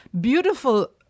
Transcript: beautiful